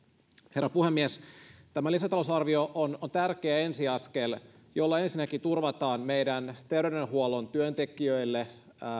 herra puhemies tämä lisätalousarvio on on tärkeä ensiaskel jolla ensinnäkin turvataan meidän terveydenhuollon työntekijöille